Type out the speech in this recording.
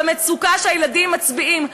במצוקה שהילדים מצביעים עליה.